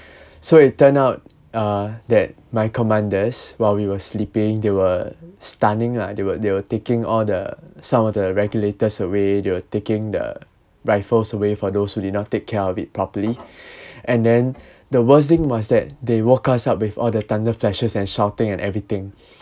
so it turned out uh that my commanders while we were sleeping they were stunning lah they were they were taking all the some of the regulators away they were taking the rifles away for those who did not take care of it properly and then the worst thing was that they woke us up with all the thunder flashes and shouting and everything